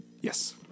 Yes